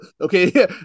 Okay